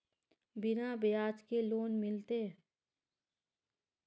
बिना ब्याज के लोन मिलते?